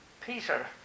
Peter